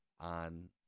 on